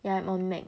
yeah I am on mac